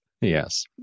Yes